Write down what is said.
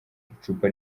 icupa